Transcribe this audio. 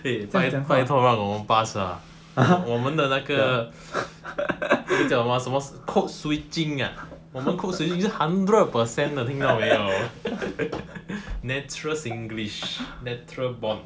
eh 拜托让我们 pass ah 我们的那个 什么 code switching ah 我们 code switching 是 hundred per cent 的听到没有 natural singlish natural born